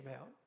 out